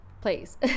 please